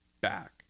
back